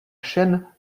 chaîne